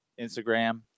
Instagram